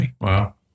Wow